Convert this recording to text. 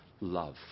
love